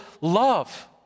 love